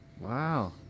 Wow